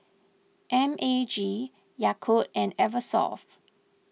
M A G Yakult and Eversoft